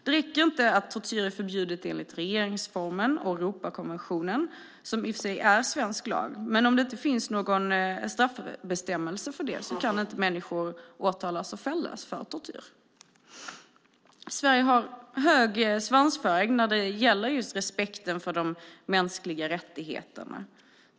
Det räcker inte med att det är förbjudet enligt regeringsformen och Europakonventionen, som i sig är svensk lag. Om det inte finns någon straffbestämmelse kan ju inte människor åtalas och fällas för det. Sverige har hög svansföring just när det gäller respekten för de mänskliga rättigheterna.